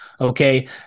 okay